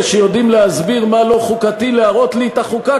שיודעים להסביר מה לא חוקתי להראות לי את החוקה,